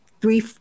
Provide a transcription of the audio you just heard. three